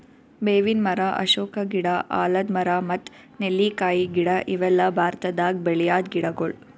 ಬೇವಿನ್ ಮರ, ಅಶೋಕ ಗಿಡ, ಆಲದ್ ಮರ ಮತ್ತ್ ನೆಲ್ಲಿಕಾಯಿ ಗಿಡ ಇವೆಲ್ಲ ಭಾರತದಾಗ್ ಬೆಳ್ಯಾದ್ ಗಿಡಗೊಳ್